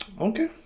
Okay